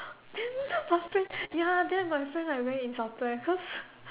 then my friend ya then my friend like very insulted leh cause